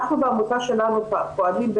אנחנו בעמותה שלנו פועלים,